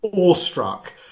awestruck